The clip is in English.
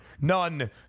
none